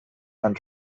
and